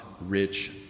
rich